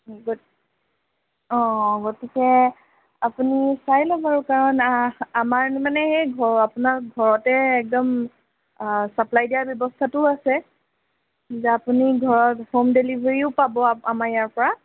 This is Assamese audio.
গত্ অঁ অঁ গতিকে আপুনি চাই লওক বাৰু কাৰণ আমাৰ মানে এই ঘৰৰ আপোনাৰ ঘৰতে একদম ছাপ্লাই দিয়াৰ ব্যৱস্থাটোও আছে যে আপুনি ঘৰত হোম ডেলিভাৰীও পাব আ আমাৰ ইয়াৰ পৰা